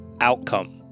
outcome